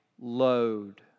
load